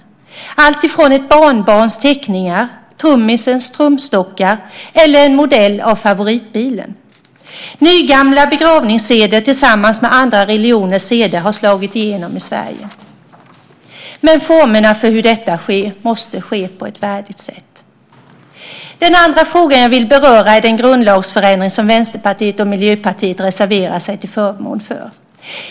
Det är alltifrån ett barnbarns teckningar, trummisens trumstockar till en modell av favoritbilen. Nygamla begravningsseder tillsammans med andra religioners seder har slagit igenom i Sverige, men formerna för hur de utförs måste vara värdiga. Den andra frågan jag vill beröra är den grundlagsändring som Vänsterpartiet och Miljöpartiet reserverar sig till förmån för.